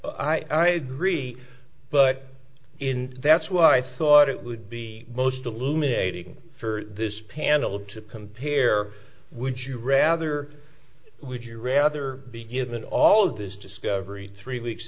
i agree but in that's why i thought it would be most illuminating for this panel to compare would you rather would you rather be given all this discovery three weeks